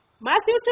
Matthew